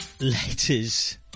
letters